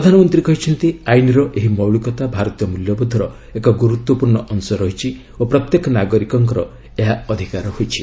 ପ୍ରଧାନମନ୍ତ୍ରୀ କହିଛନ୍ତି ଆଇନ୍ର ଏହି ମୌଳିକତା ଭାରତୀୟ ମୂଲ୍ୟବୋଧର ଏକ ଗୁରୁତ୍ୱପୂର୍ଣ୍ଣ ଅଂଶ ରହିଛି ଓ ପ୍ରତ୍ୟେକ ନାଗରିକ ଙ୍କର ଏହା ଅଧିକାର ହୋଇଛି